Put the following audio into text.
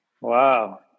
Wow